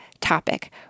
topic